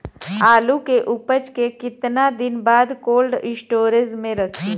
आलू के उपज के कितना दिन बाद कोल्ड स्टोरेज मे रखी?